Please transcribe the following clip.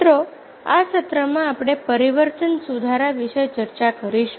મિત્રો આ સત્રમાં આપણે પરિવર્તન સુધારા વિશે ચર્ચા કરીશું